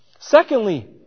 Secondly